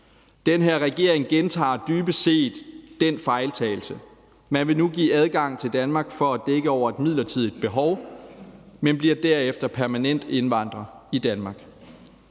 Den her regering gentager dybest set den fejltagelse. Man vil nu give adgang til Danmark for at dække over et midlertidigt behov, men får derefter permanente indvandrere i Danmark.